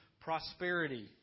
prosperity